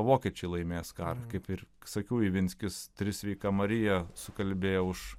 vokiečiai laimės karą kaip ir sakiau ivinskis tris sveika marija sukalbėjau už